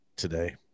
today